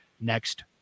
next